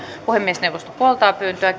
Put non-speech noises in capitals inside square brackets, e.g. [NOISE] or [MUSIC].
puhemiesneuvosto puoltaa pyyntöä [UNINTELLIGIBLE]